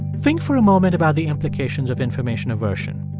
think for a moment about the implications of information aversion.